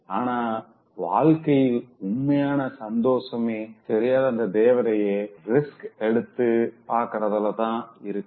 ஆனா வாழ்க்கையில உண்மையான சந்தோஷமே தெரியாத அந்த தேவதைய ரிஸ்க் எடுத்து பாக்குறதுலதா இருக்கு